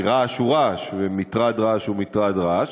כי רעש הוא רעש ומטרד רעש הוא מטרד רעש.